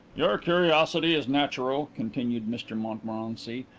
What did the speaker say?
your curiosity is natural, continued mr montmorency,